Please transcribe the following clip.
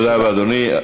תודה רבה, אדוני.